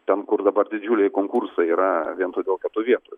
ten kur dabar didžiuliai konkursai yra vien todėl kad tų vietų